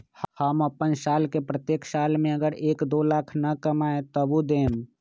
हम अपन साल के प्रत्येक साल मे अगर एक, दो लाख न कमाये तवु देम?